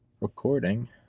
Recording